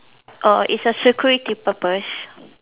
oh it's a security purpose